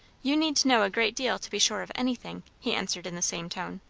you need to know a great deal to be sure of anything, he answered in the same tone.